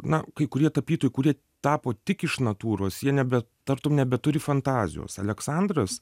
na kai kurie tapytojai kurie tapo tik iš natūros jie nebe tartum nebeturi fantazijos aleksandras